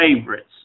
favorites